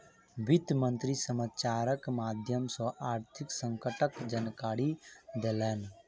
वित्त मंत्री समाचारक माध्यम सॅ आर्थिक संकटक जानकारी देलैन